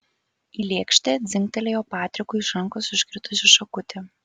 į lėkštę dzingtelėjo patrikui iš rankos iškritusi šakutė